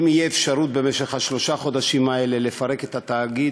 אם תהיה אפשרות במשך שלושת החודשים האלה לפרק את התאגיד,